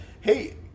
Hey